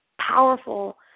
powerful